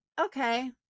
okay